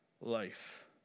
life